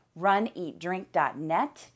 runeatdrink.net